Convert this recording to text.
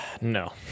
no